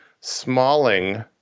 smalling